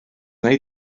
wnei